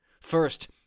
First